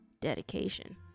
dedication